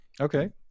Okay